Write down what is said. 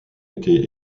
été